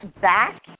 back